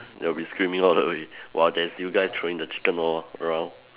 they'll be screaming all the way while there's you guys throwing the chicken all around